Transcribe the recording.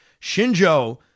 Shinjo